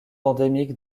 endémique